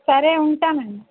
సరే ఉంటామండి